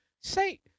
Say